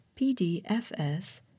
pdfs